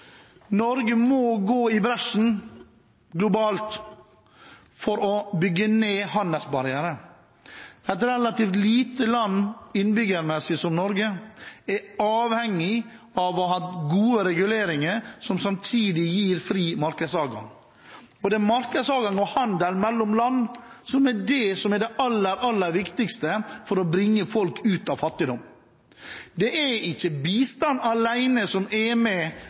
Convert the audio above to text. Norge må gå i bresjen globalt for å bygge ned handelsbarrierer. Et relativt lite land innbyggermessig som Norge er avhengig av å ha gode reguleringer som samtidig gir fri markedsadgang. Det er markedsadgang og handel mellom land som er det aller viktigste for å bringe folk ut av fattigdom. Det er ikke bistand alene som er med